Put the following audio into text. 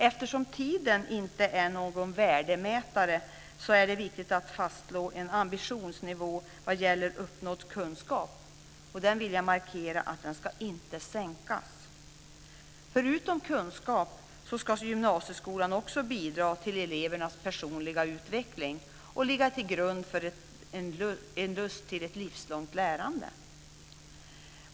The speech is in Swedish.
Eftersom tiden inte är någon värdemätare är det viktigt att fastslå en ambitionsnivå vad gäller uppnådd kunskap. Jag vill markera att den nivån inte ska sänkas. Förutom kunskap ska gymnasieskolan också bidra till elevernas personliga utveckling och lägga grunden till en lust till ett livslångt lärande.